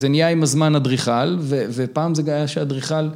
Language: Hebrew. זה נהיה עם הזמן אדריכל ופעם זה היה שאדריכל